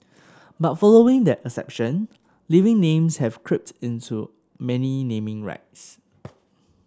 but following that exception living names have crept into many naming rights